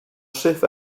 chef